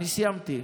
אני סיימתי.